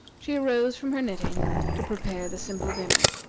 she arose from her knitting to prepare the simple dinner.